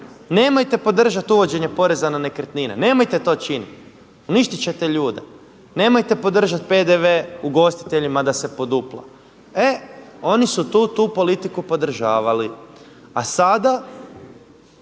nemojte podržati uvođenje poreza na nekretnine, nemojte to činiti uništit ćete ljude, nemojte podržati PDV ugostiteljima da se podupla. E oni su tu politiku podržavali. A sada,